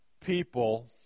people